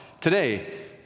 today